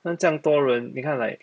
他们这样多人你看 like